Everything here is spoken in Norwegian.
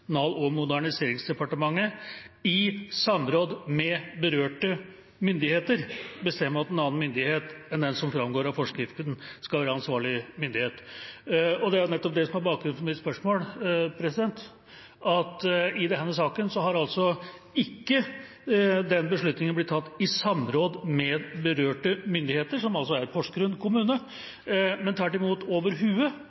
«Kommunal- og moderniseringsdepartementet kan i samråd med berørte myndigheter bestemme at en annen myndighet enn den som følger av forskriften skal være ansvarlig myndighet for planer etter plan- og bygningsloven dersom hensynet til nasjonale eller viktige regionale hensyn tilsier det, eller planen omfatter flere kommuner eller fylker.» Det er nettopp det som er bakgrunnen for mitt spørsmål, at i denne saken har ikke den beslutningen blitt tatt i